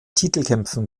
titelkämpfen